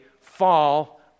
Fall